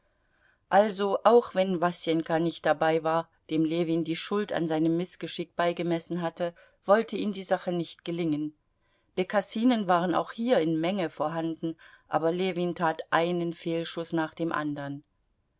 also auch wenn wasenka nicht dabei war dem ljewin die schuld an seinem mißgeschick beigemessen hatte wollte ihm die sache nicht gelingen bekassinen waren auch hier in menge vorhanden aber ljewin tat einen fehlschuß nach dem andern